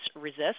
resist